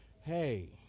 Hey